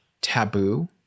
taboo